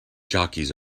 jockeys